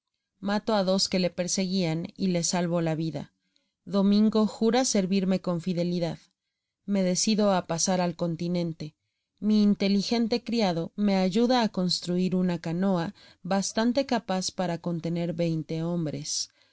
mato á dos que le perse guian y le salvo la vida domingo jura servirme con fidelidad me decido á pasar al continente mi in teligente criado me ayuda á construir una canoa bastante capaz para contener veinte hombres